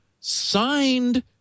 signed